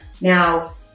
Now